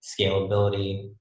scalability